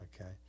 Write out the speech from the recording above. okay